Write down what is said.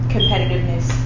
Competitiveness